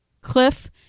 Cliff